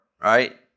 Right